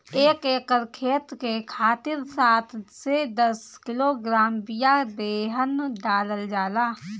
एक एकर खेत के खातिर सात से दस किलोग्राम बिया बेहन डालल जाला?